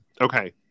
Okay